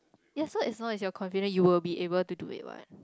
ya so as long as you're confident you will be able to do it what